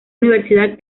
universidad